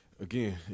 Again